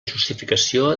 justificació